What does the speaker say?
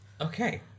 Okay